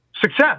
success